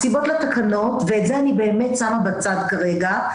הסיבות לתקנות, ואת זה אני באמת שמה בצד כרגע,